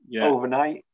overnight